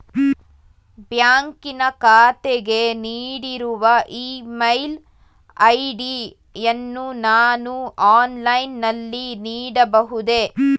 ಬ್ಯಾಂಕಿನ ಖಾತೆಗೆ ನೀಡಿರುವ ಇ ಮೇಲ್ ಐ.ಡಿ ಯನ್ನು ನಾನು ಆನ್ಲೈನ್ ನಲ್ಲಿ ನೀಡಬಹುದೇ?